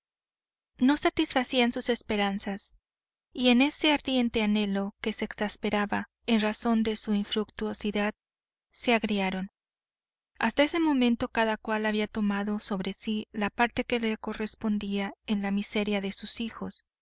no satisfacían sus esperanzas y en ese ardiente anhelo que se exasperaba en razón de su infructuosidad se agriaron hasta ese momento cada cual había tomado sobre sí la parte que le correspondía en la miseria de sus hijos